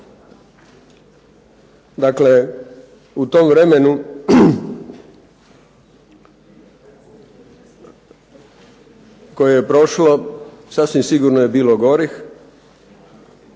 Dakle, u tom vremenu koje je prošlo sasvim sigurno je bilo gorih